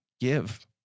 give